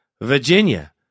Virginia